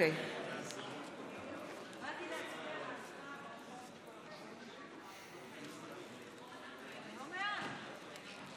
תוצאות ההצבעה על הצעת חוק קליטת חיילים משוחררים